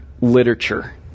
literature